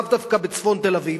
ולאו דווקא בצפון תל-אביב,